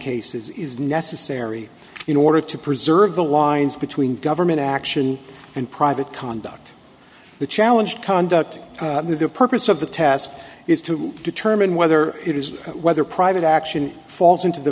cases is necessary in order to preserve the lines between government action and private conduct the challenge conduct the purpose of the task is to determine whether it is whether private action falls into the